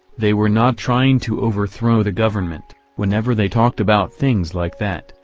they were not trying to overthrow the government, whenever they talked about things like that,